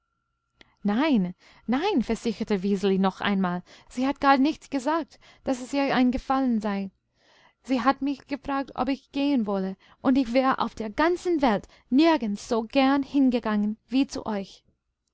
nein nein versicherte wiseli noch einmal sie hat gar nicht gesagt daß es ihr ein gefallen sei sie hat mich gefragt ob ich gehen wolle und ich wäre auf der ganzen welt nirgends so gern hingegangen wie zu euch